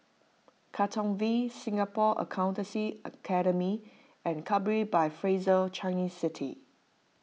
Katong V Singapore Accountancy Academy and Capri by Fraser Changi City